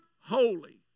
holy